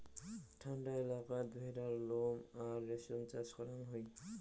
ঠান্ডা এলাকাত ভেড়ার নোম আর রেশম চাষ করাং হই